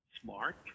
smart